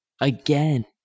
Again